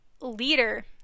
leader